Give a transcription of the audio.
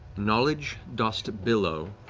knowledge dost billow,